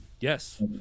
Yes